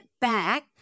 back